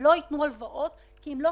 דבר ראשון, זה חלק מהאיטיות.